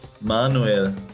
Manuel